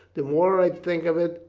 the more i think of it,